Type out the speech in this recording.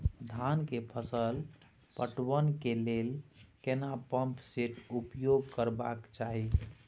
धान के फसल पटवन के लेल केना पंप सेट उपयोग करबाक चाही?